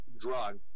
drug